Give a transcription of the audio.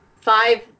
five